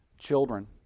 children